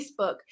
Facebook